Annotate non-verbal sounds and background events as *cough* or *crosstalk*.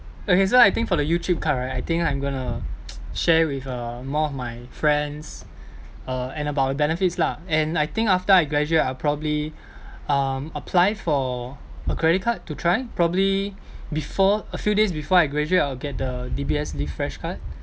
okay so I think for the youtrip card right I think I'm gonna *noise* share with uh more of my friends uh and about benefits lah and I think after I graduate I'll probably um apply for a credit card to try probably before a few days before I graduate I'll get the D_B_S live fresh card